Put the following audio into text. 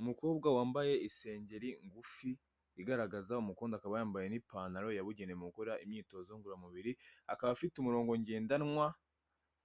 Umukobwa wambaye isengeri ngufi igaragaza umukondo, umukobwa akaba yambaye ipantaro yabugenewe mu gukora imyitozo ngororamubiri akaba afite umurongo ngendanwa